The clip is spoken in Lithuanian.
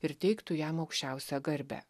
ir teiktų jam aukščiausią garbę